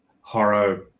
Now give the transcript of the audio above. horror